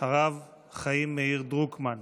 הרב חיים מאיר דרוקמן.